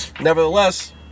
Nevertheless